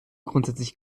grundsätzlich